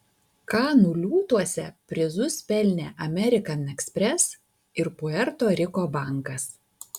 kanų liūtuose prizus pelnė amerikan ekspres ir puerto riko bankas